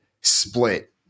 split